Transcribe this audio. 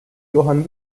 johann